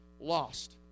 lost